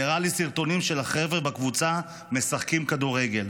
והראה לי סרטונים של החבר'ה בקבוצה משחקים כדורגל.